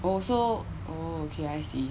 oh so oh okay I see